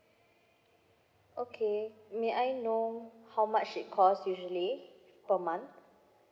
okay may I know how much it cost usually per month